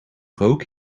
rook